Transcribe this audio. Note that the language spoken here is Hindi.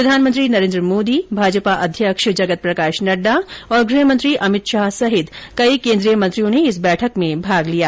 प्रधानमंत्री नरेंद्र मोदी भाजपा अध्यक्ष जगत प्रकाश नड्डा और गृहमंत्री अमित शाह सहित कई केंद्रीय मंत्रियों ने इस बैठक में हिस्सा लिया